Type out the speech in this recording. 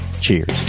Cheers